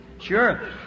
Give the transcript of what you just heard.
Sure